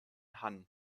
hann